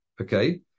Okay